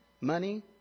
money